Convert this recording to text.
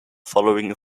following